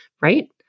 right